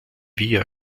via